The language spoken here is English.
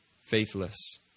faithless